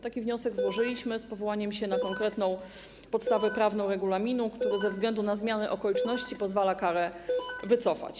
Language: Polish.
Taki wniosek złożyliśmy z powołaniem się na konkretną podstawę prawną regulaminu, który ze względu na zmianę okoliczności pozwala karę wycofać.